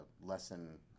lesson